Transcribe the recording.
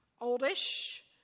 oldish